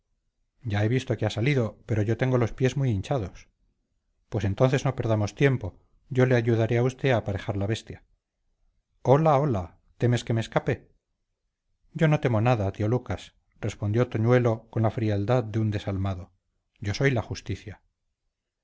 ya he visto que ha salido pero yo tengo los pies muy hinchados pues entonces no perdamos tiempo yo le ayudaré a usted a aparejar la bestia hola hola temes que me escape yo no temo nada tío lucas respondió toñuelo con la frialdad de un desalmado yo soy la justicia